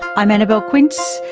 i'm annabelle quince,